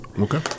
okay